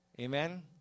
Amen